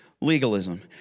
Legalism